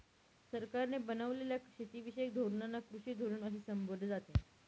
सरकारने बनवलेल्या शेतीविषयक धोरणांना कृषी धोरण असे संबोधले जाते